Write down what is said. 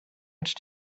much